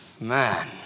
Man